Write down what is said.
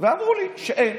ואמרו לי שאין,